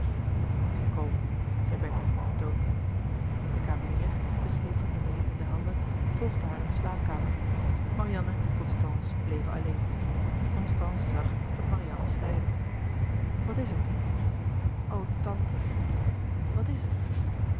ik kom zei bertha doodmoê de kamenier den sleep van emilie in de handen volgde haar in de slaapkamer marianne en constance bleven alleen constance zag dat marianne schreide wat is er kind o tante wat is er